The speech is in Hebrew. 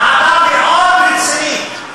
ועדה מאוד רצינית.